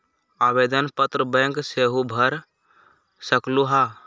आवेदन पत्र बैंक सेहु भर सकलु ह?